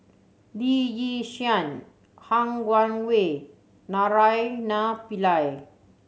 Lee Yi Shyan Han Guangwei Naraina Pillai